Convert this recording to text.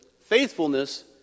faithfulness